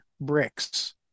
bricks